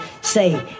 say